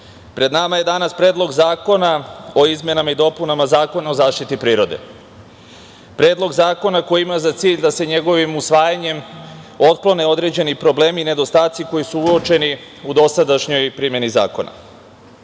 pred nama je danas Predlog zakona o izmenama i dopunama Zakona o zaštiti prirode, Predlog zakona koji ima za cilj da se njegovim usvajanjem otklone određeni problemi i nedostaci koji su uočeni u dosadašnjoj primeni